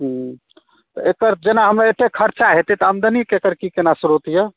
ह्म्म तऽ ओकर जेना हमर एतेक खर्चा हेतै तऽ आमदनीके एकर की केना स्रोत यए